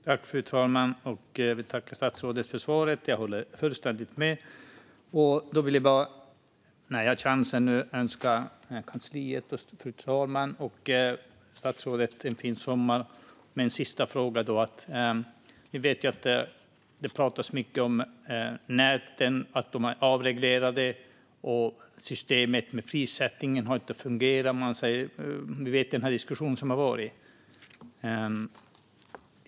Fru talman! Tack, statsrådet, för svaret! Jag håller fullständigt med. När jag nu har chansen vill jag önska kansliet, fru talmannen och statsrådet en fin sommar och ställa en sista fråga. Det pratas mycket om näten, att de är avreglerade och att systemet med prissättningen inte har fungerat. Ni vet vilken diskussion det har varit.